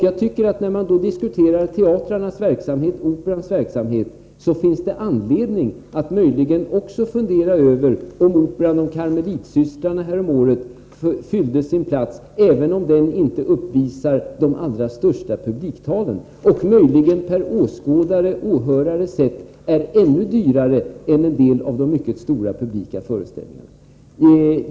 Jag tycker att när man diskuterar teatrarnas verksamhet och Operans verksamhet finns det anledning att möjligen också fundera över om inte operan om Karmelitsystrarna häromåret fyllde sin plats, även om den inte uppvisar de allra största publiktalen och möjligen per åskådare/åhörare är ännu dyrare än en del av de mycket stora publikföreställningarna.